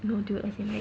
no dude I